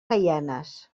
gaianes